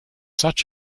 such